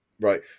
Right